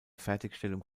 fertigstellung